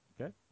Okay